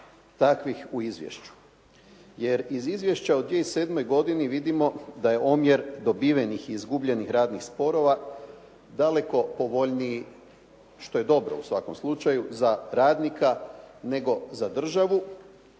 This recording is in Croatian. takvih u izvješću jer iz izvješća o 2008. godini vidimo da je omjer dobivenih i izgubljenih radnih sporova daleko povoljniji što je dobro u svakom slučaju za radnika nego za državu,